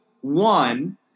one